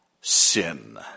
sin